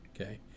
Okay